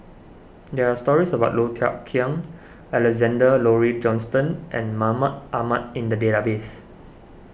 there are stories about Low Thia Khiang Alexander Laurie Johnston and Mahmud Ahmad in the database